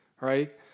Right